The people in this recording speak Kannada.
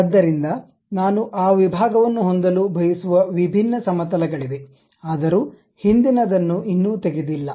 ಆದ್ದರಿಂದ ನಾನು ಆ ವಿಭಾಗವನ್ನು ಹೊಂದಲು ಬಯಸುವ ವಿಭಿನ್ನ ಸಮತಲಗಳಿವೆ ಆದರೂ ಹಿಂದಿನದನ್ನು ಇನ್ನೂ ತೆಗೆದಿಲ್ಲ